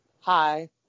Hi